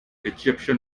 egyptian